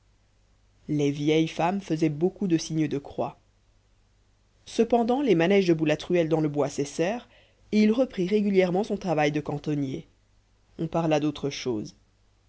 les vieilles femmes faisaient beaucoup de signes de croix cependant les manèges de boulatruelle dans le bois cessèrent et il reprit régulièrement son travail de cantonnier on parla d'autre chose